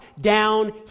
down